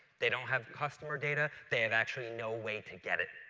they don't have customer data. they have actually no way to get it.